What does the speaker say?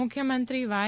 મુખ્યમંત્રી વાય